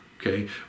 okay